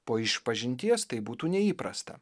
po išpažinties tai būtų neįprasta